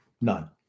none